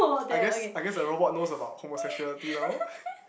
I guess I guess the robot knows about homosexuality now